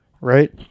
right